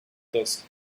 those